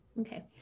Okay